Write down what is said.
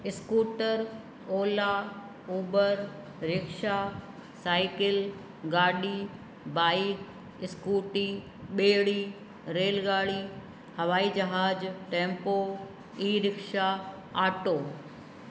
scooter Ola Uber rickshaw cycle गाॾी bike scooty ॿेड़ी rail गाॾी हवाई जहाज टेंपो ई रिक्शा आटो